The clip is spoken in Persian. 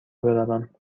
بروم